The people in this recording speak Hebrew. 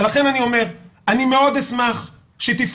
לכן אני אומר, אני מאוד אשמח שתפעלו.